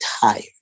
tired